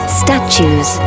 statues